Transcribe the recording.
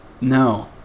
No